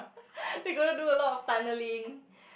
they gonna do a lot of tunneling